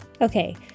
Okay